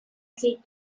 kicked